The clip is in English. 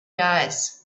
gas